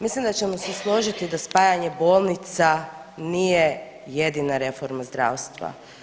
Mislim da ćemo se složiti da spajanje bolnica nije jedina reforma zdravstva.